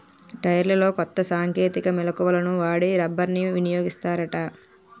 టైర్లలో కొత్త సాంకేతిక మెలకువలను వాడి రబ్బర్ని వినియోగిస్తారట